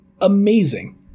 amazing